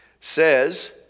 says